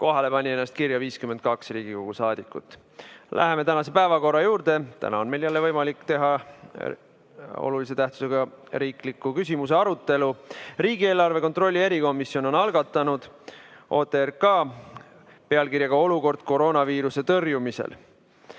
Kohale pani ennast kirja 52 Riigikogu saadikut. Läheme tänase päevakorra juurde. Täna on meil jälle võimalik pidada olulise tähtsusega riikliku küsimuse arutelu. Riigieelarve kontrolli erikomisjon on algatanud OTRK pealkirjaga "Olukord koroonaviiruse tõrjumisel".